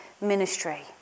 ministry